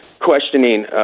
questioning